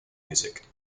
music